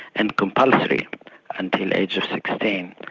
and compulsory until age of sixteen.